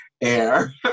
air